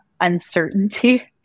uncertainty